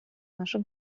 nasze